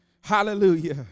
hallelujah